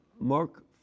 Mark